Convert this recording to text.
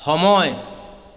সময়